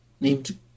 named